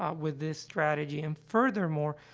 ah with this strategy. and furthermore,